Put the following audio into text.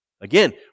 Again